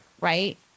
right